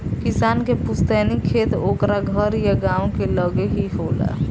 किसान के पुस्तैनी खेत ओकरा घर या गांव के लगे ही होला